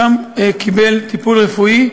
ושם קיבל טיפול רפואי.